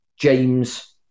James